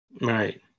right